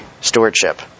stewardship